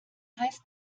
heißt